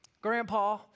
grandpa